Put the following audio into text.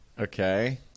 Okay